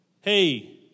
Hey